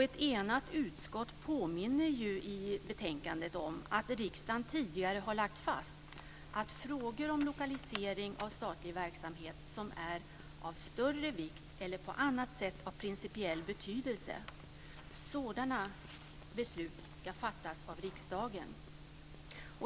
Ett enat utskott påminner ju i betänkandet om att riksdagen tidigare har lagt fast att frågor om lokalisering av statlig verksamhet som är "av större vikt eller på annat sätt av principiell betydelse" ska beslutas av riksdagen.